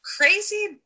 crazy